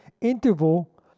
interval